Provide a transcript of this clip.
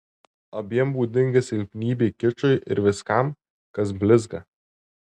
abiem būdinga silpnybė kičui ir viskam kas blizga